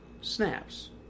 snaps